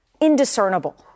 indiscernible